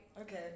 Okay